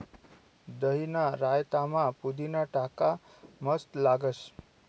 दहीना रायतामा पुदीना टाका मस्त लागस